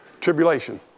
tribulation